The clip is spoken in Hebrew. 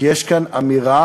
כי יש כאן אמירה,